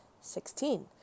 sixteen